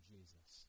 Jesus